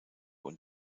und